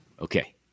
Okay